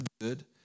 good